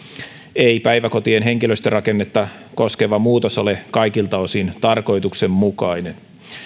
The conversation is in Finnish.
ei päiväkotien henkilöstörakennetta koskeva muutos ole kaikilta osin tarkoituksenmukainen